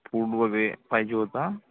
food वगे पाहिजे होता